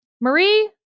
Marie